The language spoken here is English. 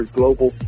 global